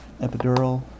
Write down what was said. epidural